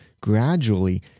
gradually